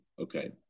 okay